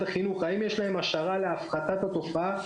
החינוך האם יש להם השערה להפחתת התופעה,